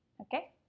Okay